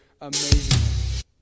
amazing